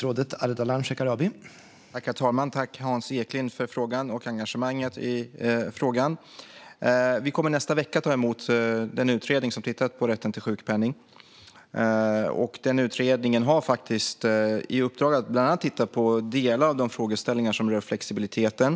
Herr talman! Tack, Hans Eklind, för frågan och engagemanget! Vi kommer i nästa vecka att ta emot den utredning som har tittat på rätten till sjukpenning. Den utredningen har faktiskt bland annat i uppdrag att titta på delar av de frågeställningar som rör flexibiliteten.